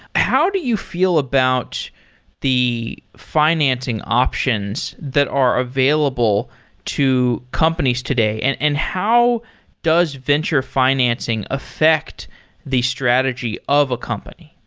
how do you feel about the financing options that are available to companies today, and and how does venture financing affect the strategy of a company?